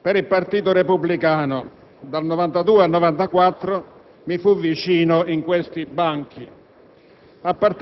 per il Partito Repubblicano. Dal 1992 al 1994 mi fu vicino in questi banchi.